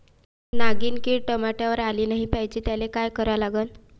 नागिन किड टमाट्यावर आली नाही पाहिजे त्याले काय करा लागन?